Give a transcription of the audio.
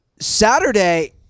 Saturday